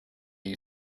you